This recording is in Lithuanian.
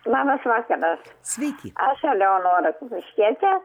labas vakaras sveiki aš eleonora kupiškietė